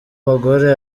bagore